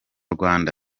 rwanda